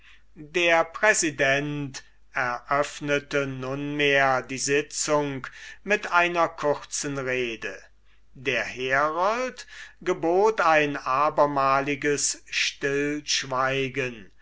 der präsident eröffnete nunmehr die session mit einer kurzen rede der herold gebot ein abermaliges stillschweigen